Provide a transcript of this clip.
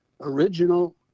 original